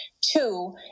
Two